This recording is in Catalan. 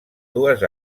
dues